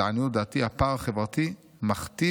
"לעניות דעתי הפער החברתי מכתיב